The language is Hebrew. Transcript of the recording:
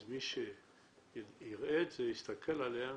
אז מי שיסתכל עליה,